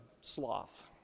Sloth